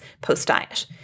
post-diet